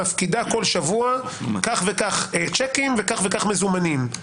מפקידה כל שבוע כך וכך צ'קים וכך כך מזומנים.